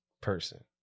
person